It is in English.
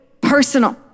personal